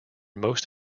most